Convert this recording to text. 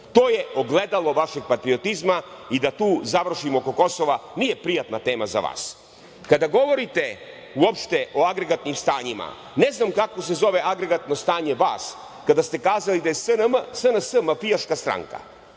To je ogledalo vašeg patriotizma i da tu završimo oko Kosova, nije prijatna tema za vas. Kada govorite uopšte o agregatnim stanjima, ne znam kako se zove agregatno stanje vas kada ste kazali da je SNS mafijaška stranka